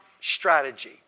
strategy